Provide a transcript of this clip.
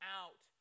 out